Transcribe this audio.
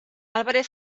álvarez